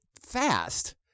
fast